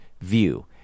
view